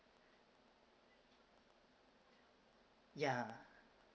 yeah